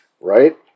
Right